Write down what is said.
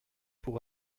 pour